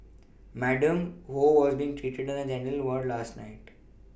Madam Ho was being treated in a general ward last night